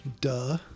Duh